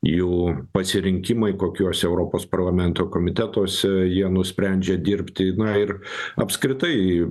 jų pasirinkimai kokiuose europos parlamento komitetuose jie nusprendžia dirbti na ir apskritai